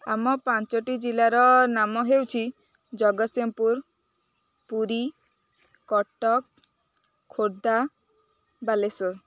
ଆମ ପାଞ୍ଚଟି ଜିଲ୍ଲାର ନାମ ହେଉଛି ଜଗତସିଂହପୁର ପୁରୀ କଟକ ଖୋର୍ଦ୍ଧା ବାଲେଶ୍ୱର